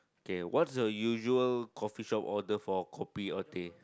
K what's the usual coffee shop order for kopi or teh